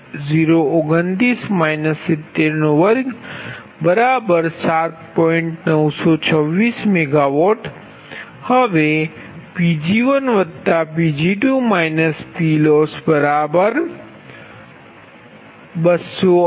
926MW હવે Pg1Pg2 PLoss218